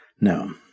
No